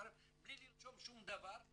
בלי לרשום שום דבר,